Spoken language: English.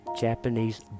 japanese